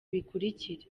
bikurikira